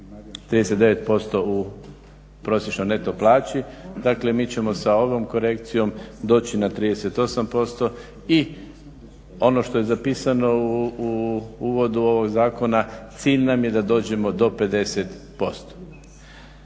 39% u prosječnoj neto plaći. Dakle, mi ćemo sa ovom korekcijom doći na 38%. I ono što je zapisano u uvodu ovog zakona cilj nam je da dođemo do 50%.